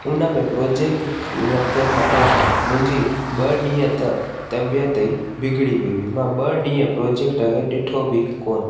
उनमे प्रोजेक्ट तंहिंखां पोइ मुंहिंजी ॿ ॾींहं त तबियत ई बिगिड़ी वई हुई मां ॿ ॾींहं प्रोजेक्ट खे ॾिठो बि कोन